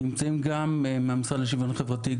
נמצאים בה גם מהמשרד לשוויון חברתי,